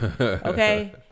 Okay